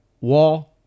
wall